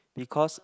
because